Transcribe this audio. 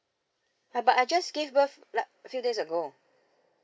but but I just gave birth like a few days ago